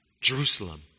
Jerusalem